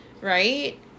right